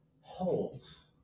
Holes